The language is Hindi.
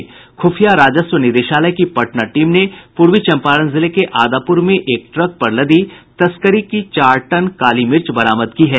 खुफिया राजस्व निदेशालय की पटना टीम ने पूर्वी चम्पारण जिले के आदापूर में एक ट्रक पर लदी तस्करी की चार टन काली मिर्च बरामद की है